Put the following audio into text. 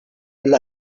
إلا